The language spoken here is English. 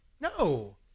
No